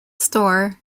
store